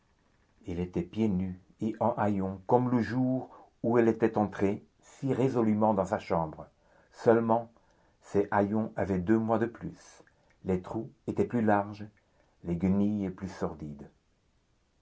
elle était pieds nus et en haillons comme le jour où elle était entrée si résolûment dans sa chambre seulement ses haillons avaient deux mois de plus les trous étaient plus larges les guenilles plus sordides